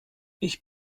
ich